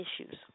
issues